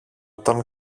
τον